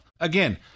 Again